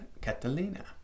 Catalina